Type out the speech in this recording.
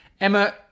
Emma